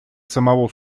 самого